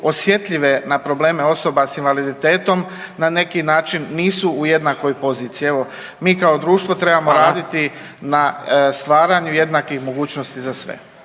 osjetljive na probleme osoba sa invaliditetom na neki način nisu u jednakoj poziciji. Evo mi kao društvo trebamo raditi na stvaranju jednakih mogućnosti za sve.